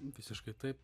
visiškai taip